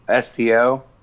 STO